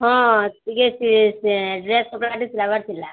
ହଁ ଆସିକି ଆସିବେ ସେ ଡ୍ରେସ୍ ଦୁଇଟା ସିଲେଇବାର ଥିଲା